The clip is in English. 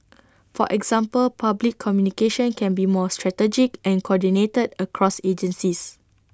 for example public communication can be more strategic and coordinated across agencies